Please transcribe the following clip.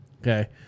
Okay